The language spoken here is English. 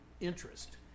interest